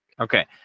Okay